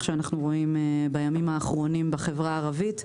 שאנו רואים בימים האחרונים בחברה הערבית.